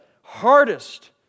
hardest